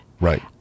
Right